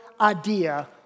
idea